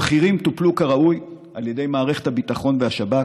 הבכירים טופלו כראוי על ידי מערכת הביטחון והשב"כ,